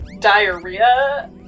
diarrhea